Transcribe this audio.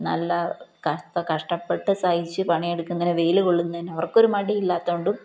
നല്ല ക കഷ്ടപ്പെട്ടു സഹിച്ചു പണിയെടുക്കുന്നതിനു വെയില് കൊള്ളുന്നതിനവർക്കൊരു മടിയില്ലാത്തതുകൊണ്ടും